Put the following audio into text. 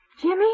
Jimmy